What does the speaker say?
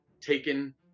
taken